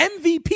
MVP